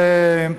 כתוב,